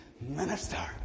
minister